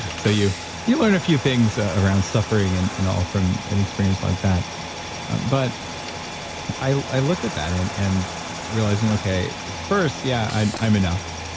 so, you you learn a few things around suffering and and all from an experience like that but i look at that, and and realizing, okay, first, yeah, i'm i'm enough.